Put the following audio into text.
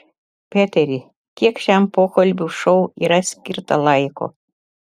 peteri kiek šiam pokalbių šou yra skirta laiko